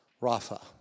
Rafa